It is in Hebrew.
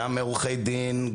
גם עורכי דין,